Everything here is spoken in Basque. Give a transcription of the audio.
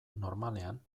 normalean